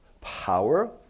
power